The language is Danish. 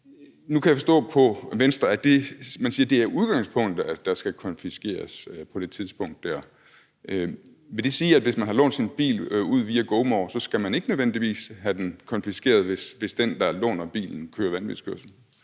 Nu kan jeg forstå på Venstre, at man siger, at det er udgangspunktet, at der skal ske konfiskation på det tidspunkt. Vil det sige, at hvis man har lånt sin bil ud via GoMore, skal man ikke nødvendigvis have den konfiskeret, hvis den, der låner bilen, kører vanvidskørsel?